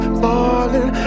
falling